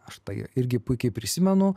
aš tai irgi puikiai prisimenu